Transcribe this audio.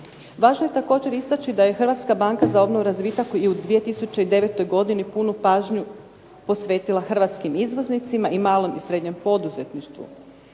Važno je također istaći da je Hrvatska banka za obnovu i razvitak u 2009. godini punu pažnju posvetila Hrvatskim izvoznicima i malom i srednjem poduzetništvu.